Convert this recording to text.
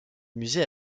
musée